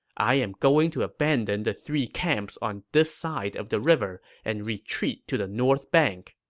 i am going to abandon the three camps on this side of the river and retreat to the north bank.